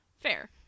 Fair